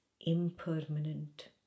impermanent